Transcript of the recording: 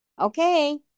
Okay